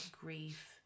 Grief